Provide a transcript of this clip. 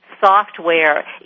software